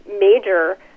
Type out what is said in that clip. major